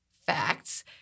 facts